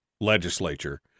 legislature